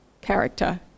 character